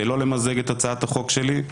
לא למזג את הצעת החוק שלי.